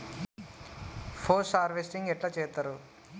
Post harvesting ఎట్ల చేత్తరు?